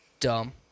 Dumb